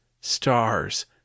stars